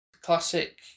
Classic